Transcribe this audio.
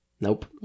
Nope